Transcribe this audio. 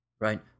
right